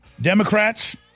Democrats